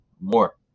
more